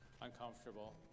uncomfortable